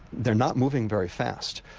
they are not moving very fast.